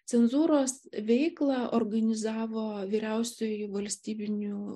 cenzūros veiklą organizavo vyriausioji valstybinių